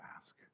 ask